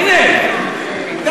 מי מהם?